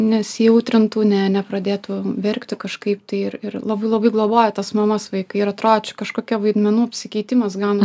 nesijautrintų ne nepradėtų verkti kažkaip tai ir ir labai labai globoja tas mamas vaikai ir atrodo čia kažkokia vaidmenų apsikeitimas gaunas